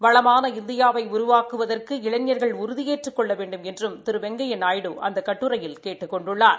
வளமான இந்தியாவை உருவாக்குவதற்கு இளைஞர்கள் உறுதியேற்றுக் கொள்ள வேண்டுமென்றும் திரு வெங்கையா நாயுடு அந்த கட்டுரையில் கேட்டுக் கொண்டுள்ளார்